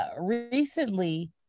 recently